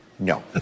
No